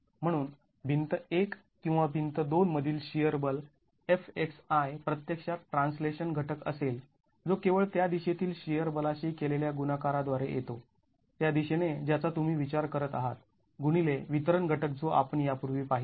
म्हणून भिंत १ किंवा भिंत २ मधील शिअर बल Fxi प्रत्यक्षात ट्रान्सलेशन घटक असेल जो केवळ त्या दिशेतील शिअर बलाशी केलेल्या गुणकाराद्वारे येतो त्या दिशेने ज्याचा तुम्ही विचार करत आहात गुणिले वितरण घटक जो आपण यापूर्वी पाहिला